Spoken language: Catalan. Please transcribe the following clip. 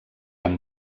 amb